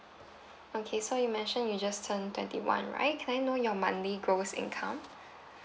okay so you mention you just turn twenty one right can I know your monthly gross income